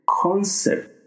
concept